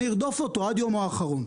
אני ארדוף אותו עד יומו האחרון,